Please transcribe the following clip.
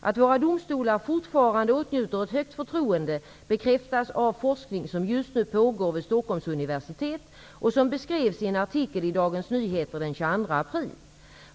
Att våra domstolar fortfarande åtnjuter ett högt förtroende bekräftas av forskning som just nu pågår vid Stockholms universitet och som beskrevs i en artikel i Dagens Nyheter den 22 april.